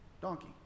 donkey